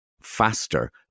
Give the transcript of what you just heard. faster